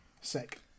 Sick